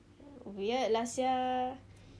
weird lah sia